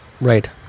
Right